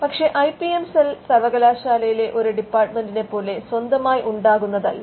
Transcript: പക്ഷെ I P M cell സർവ്വകലാശാലയിലെ ഒരു ഡിപ്പാർട്ട്മെന്റിനെപ്പോലെ സ്വന്തമായി ഉണ്ടാകുന്നതല്ല